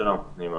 שלום, נעים מאוד.